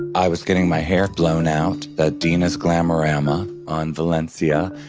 i was getting my hair blown out at dina's glama-rama on valencia,